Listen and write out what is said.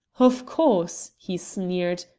of course, he sneered,